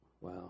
Wow